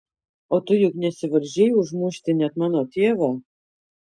o tu juk nesivaržei užmušti net mano tėvą